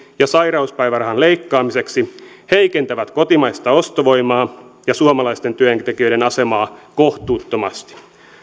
ja sairauspäivärahan leikkaamiseksi heikentävät kotimaista ostovoimaa ja suomalaisten työntekijöiden asemaa kohtuuttomasti